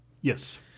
Yes